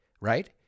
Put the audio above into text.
right